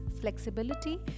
flexibility